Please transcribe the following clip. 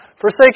Forsake